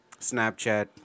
snapchat